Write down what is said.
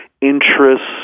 Interests